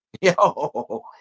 Yo